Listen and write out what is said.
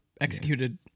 executed